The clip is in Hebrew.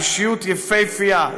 אישיות יפהפייה,